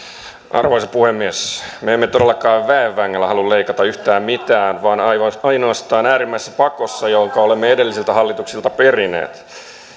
arvoisa puhemies me emme todellakaan väen vängällä halua leikata yhtään mitään vaan ainoastaan ainoastaan äärimmäisessä pakossa jonka olemme edellisiltä hallituksilta perineet